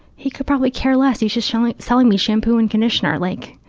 he could probably care less. he's just selling selling me shampoo and conditioner, like,